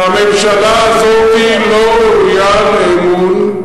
יש פה הסכמה מקיר לקיר שהממשלה הזאת לא ראויה לאמון,